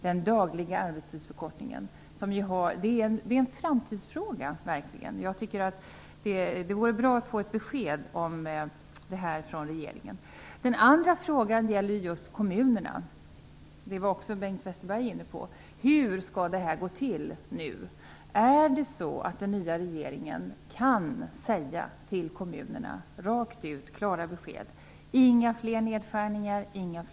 Detta är verkligen en framtidsfråga, och jag tycker att det vore bra att här få ett besked från regeringen. Min andra fråga gäller just kommunerna, och även detta var Bengt Westerberg inne på. Är det så att den nya regeringen kan säga till kommunerna rakt ut och ge klara besked om att det inte blir några fler nedskärningar och besparingar?